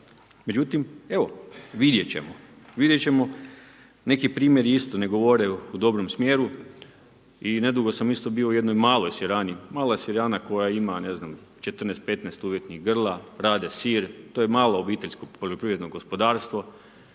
Međutim, vidjet ćemo. Neki primjeri isto ne govore u dobrom smjeru i nedugo sam isto bio u jednoj maloj sirani, mala sirana koja ima ne znam, 14, 15 .../Govornik se ne razumije./... grla, rade sir, to je malo obiteljsko poljoprivredno gospodarstvo